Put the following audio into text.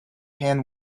hen